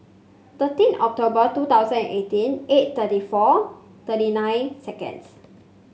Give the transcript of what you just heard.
thirteen October two thousand and eighteen eight thirty four thirty nine seconds